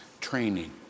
training